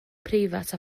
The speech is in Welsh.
preifat